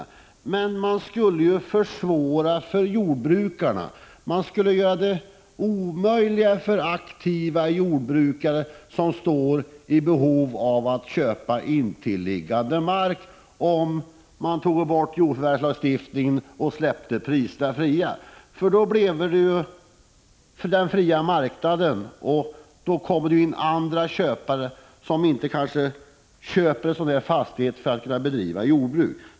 Om man tog bort jordförvärvslagen och släppte priserna fria, skulle det bli omöjligt för aktiva jordbrukare att köpa intilliggande mark, om de var i behov av sådan. Med en fri marknad kommer det in andra köpare, som kanske inte köper fastigheterna för att bedriva jordbruk.